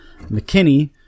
McKinney